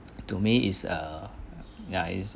to me is a ya is